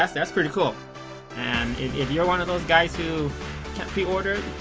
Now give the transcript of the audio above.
thats thats pretty cool and if your one of those guys who cant preorder